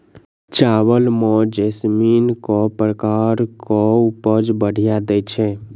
चावल म जैसमिन केँ प्रकार कऽ उपज बढ़िया दैय छै?